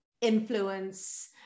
influence